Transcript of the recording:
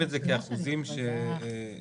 את ההלוואה הזאת